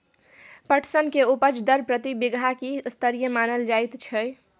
पटसन के उपज दर प्रति बीघा की स्तरीय मानल जायत छै?